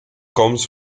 comes